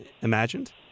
imagined